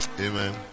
Amen